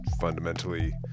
fundamentally